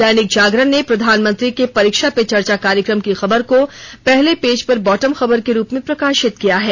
दैनिक जागरण ने प्रधानमंत्री के परीक्षा पे चर्चा कार्यक्रम की खबर को पहले पेज पर बॉटम खबर के रूप में प्रकाशित किया है